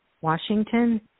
Washington